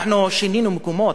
אנחנו שינינו מקומות,